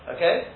Okay